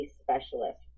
specialist